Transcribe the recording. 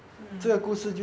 mm